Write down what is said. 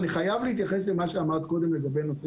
אני חייב להתייחס למה שאמרת קודם לגבי נושא